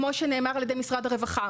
כמו שנאמר על ידי משרד הרווחה.